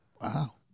Wow